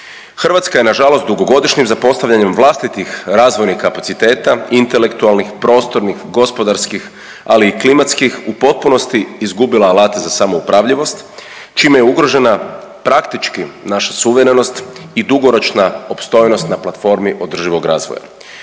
Hrvatska je nažalost dugogodišnjem zapostavljanjem vlastitih razvojnih kapaciteta intelektualnih, prostornih, gospodarskih ali i klimatskih u potpunosti izgubila alate za samoupravljivost čime je ugrožena praktički naša suverenost i dugoročna opstojnost na platformi održivog razvoja.